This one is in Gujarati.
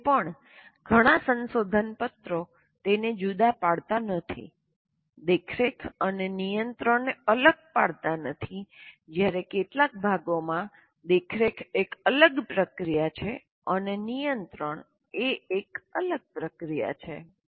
આજે પણ ઘણા સંશોધન પત્રો તેને જુદા પાડતા નથી દેખરેખ અને નિયંત્રણને અલગ પાડતા નથી જ્યારે કેટલાક ભાગોમાં દેખરેખ એક અલગ પ્રક્રિયા છે અને નિયંત્રણ એ એક અલગ પ્રક્રિયા છે